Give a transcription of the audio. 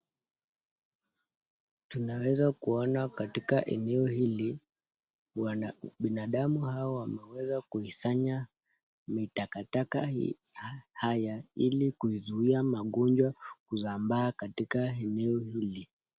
Tunaweza kuona katika eneo hili binadamu hawa wameweza kuisanya mitakataka haya hili kuzuia magonjwa kusambaa katika eneo hili.